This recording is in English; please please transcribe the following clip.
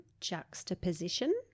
juxtaposition